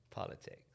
politics